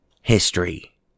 history